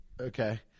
Okay